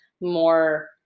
more